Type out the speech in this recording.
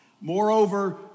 Moreover